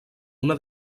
una